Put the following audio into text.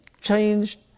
changed